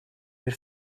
мир